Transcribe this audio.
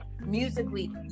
musically